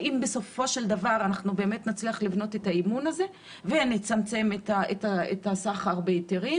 האם באמת נצליח לבנות את האמון הזה ונצמצם את הסחר בהיתרים